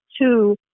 Two